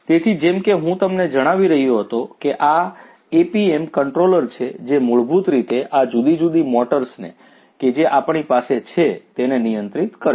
તેથી જેમ કે હું તમને જણાવી રહ્યો હતો કે આ એપીએમ કન્ટ્રોલર છે જે મૂળભૂત રીતે આ જુદી જુદી મોટર્સને કે જે આપણી પાસે છે તેને નિયંત્રિત કરશે